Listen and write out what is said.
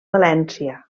valència